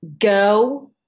Go